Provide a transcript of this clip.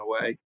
away